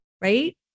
right